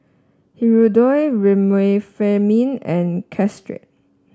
Hirudoid Remifemin and Caltrate